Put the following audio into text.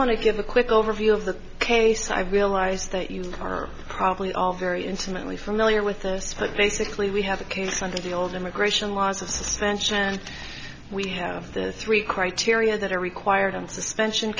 want to give a quick overview of the case i realize that you are probably all very intimately familiar with this but basically we have a case something old immigration laws of suspension and we have this three criteria that are required in suspension